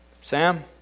Sam